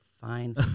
fine